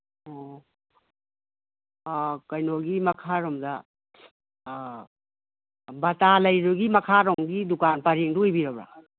ꯑꯣ ꯀꯩꯅꯣꯒꯤ ꯃꯈꯥꯔꯣꯝꯗ ꯕꯇꯥ ꯂꯩꯕꯒꯤ ꯃꯈꯥꯔꯣꯝꯒꯤ ꯗꯨꯀꯥꯟ ꯄꯔꯦꯡꯗꯨ ꯑꯣꯏꯕꯤꯔꯕ꯭ꯔ